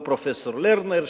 לא פרופסור לרנר,